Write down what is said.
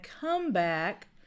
comeback